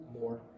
more